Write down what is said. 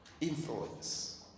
Influence